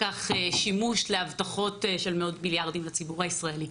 שימוש להבטחות של מאות מיליארדים לציבור הישראלי.